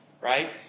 right